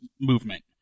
movement